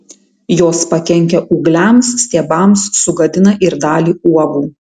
jos pakenkia ūgliams stiebams sugadina ir dalį uogų